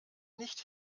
nicht